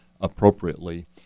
appropriately